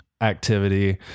activity